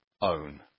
own